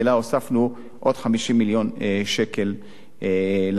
הוספנו עוד 50 מיליון שקל לתוכנית.